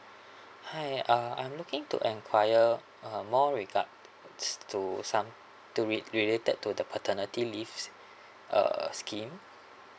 hi uh I'm looking to enquire uh more regards to some to re~ related to the paternity leaves uh scheme